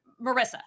marissa